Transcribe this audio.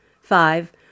Five